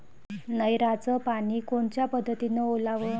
नयराचं पानी कोनच्या पद्धतीनं ओलाव?